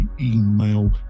email